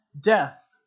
death